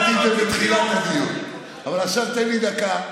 אמרתי את זה בתחילת הדיון, אבל עכשיו תן לי דקה,